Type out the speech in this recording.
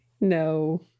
No